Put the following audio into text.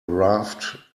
raft